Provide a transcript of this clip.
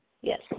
Yes